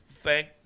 Thank